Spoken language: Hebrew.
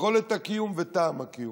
של יכולת הקיום וטעם הקיום,